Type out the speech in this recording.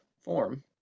form